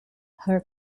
her